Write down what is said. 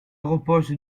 repose